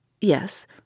Yes